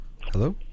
Hello